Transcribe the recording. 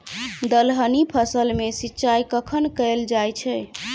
दलहनी फसल मे सिंचाई कखन कैल जाय छै?